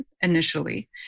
initially